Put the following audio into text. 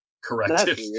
corrective